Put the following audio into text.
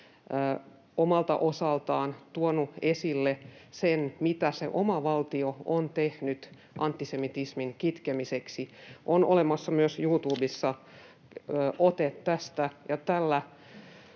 omalta osaltaan tuonut esille sen, mitä se oma valtio on tehnyt antisemitismin kitkemiseksi. On olemassa myös YouTubessa ote tästä, ja tällä